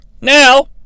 Now